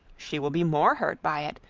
she will be more hurt by it,